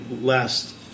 last